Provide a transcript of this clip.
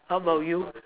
how about you